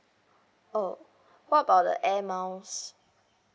oh what about the air miles